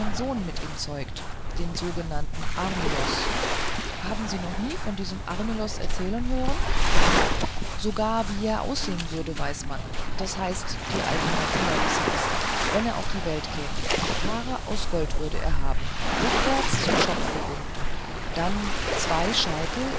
sohn mit ihm zeugt den sogenannten armilos haben sie noch nie von diesem armilos erzählen hören sogar wie er aussehen würde weiß man das heißt die alten rabbiner wissen es wenn er auf die welt käme haare aus gold würde er haben rückwärts zum schopf gebunden dann zwei